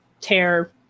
tear